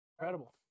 Incredible